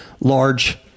large